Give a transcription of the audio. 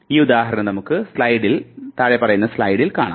ഈ ഉദാഹരണം നമുക്ക് സ്ലൈഡിൽ കാണാം